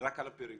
רק על הפריפריה.